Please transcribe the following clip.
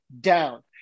down